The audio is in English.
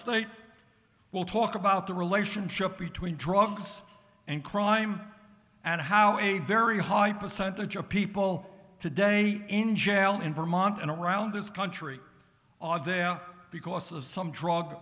state will talk about the relationship between drugs and crime and how a very high percentage of people today in jail in vermont and around this country are there because of some drug